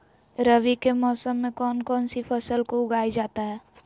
रवि के मौसम में कौन कौन सी फसल को उगाई जाता है?